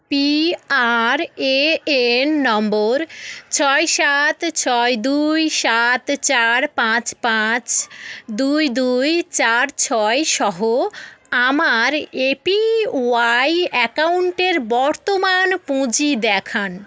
PRAN নম্বর ছয় সাত ছয় দুই সাত চার পাঁচ পাঁচ দুই দুই চার ছয় সহ আমার এপিওয়াই অ্যাকাউন্টের বর্তমান পুঁজি দেখান